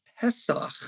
Pesach